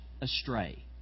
astray